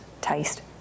taste